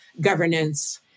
governance